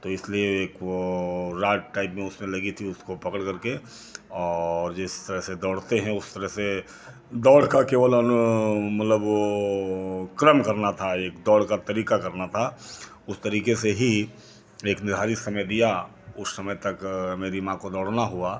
तो इसलिए एक वो राड टाइप में लगी थी उसको पकड़ कर के और जिस तरह से दौड़ते हैं उस तरह से दौड़ कर के वो लोग मतलब क्रम करना था एक दौड़ कर के करना था उस तरीके से ही एक निर्धारित समय दिया उस समय तक हमें दिमाग को दौड़ना हुआ